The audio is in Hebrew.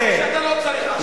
שאתה לא צריך אותו עכשיו.